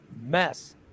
mess